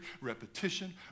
Repetition